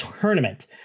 tournament